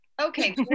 okay